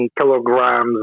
kilograms